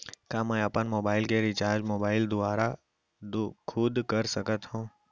का मैं अपन मोबाइल के रिचार्ज मोबाइल दुवारा खुद कर सकत हव?